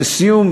לסיום,